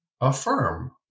affirm